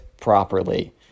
properly